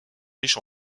riches